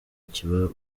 kiba